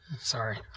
Sorry